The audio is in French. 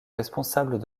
responsables